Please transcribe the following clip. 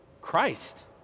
Christ